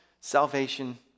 salvation